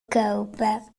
kopen